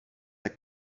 der